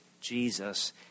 Jesus